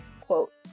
quote